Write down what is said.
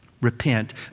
repent